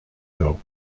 though